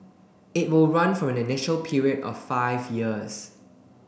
it will run for an initial period of five years